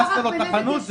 הרסו לו את החנות,